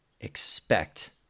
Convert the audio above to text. expect